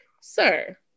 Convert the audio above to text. sir